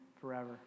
forever